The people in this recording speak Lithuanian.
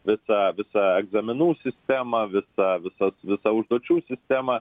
visą visą egzaminų sistemą visą visas visą užduočių sistemą